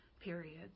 periods